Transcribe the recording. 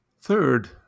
Third